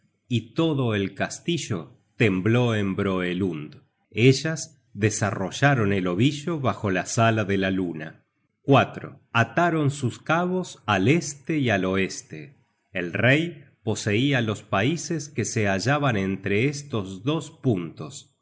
y todo el castillo tembló en broelund ellas desarrollaron el ovillo bajo la sala de la luna ataron sus cabos al este y al oeste el rey poseia los paises que se hallaban entre estos dos puntos